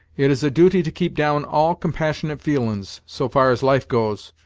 it is a duty to keep down all compassionate feelin's, so far as life goes,